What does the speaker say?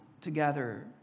together